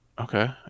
okay